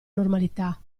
normalità